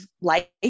life